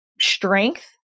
strength